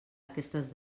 aquestes